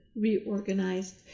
reorganized